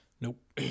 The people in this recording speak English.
Nope